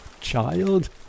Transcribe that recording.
child